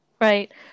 Right